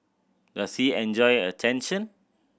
does he enjoy attention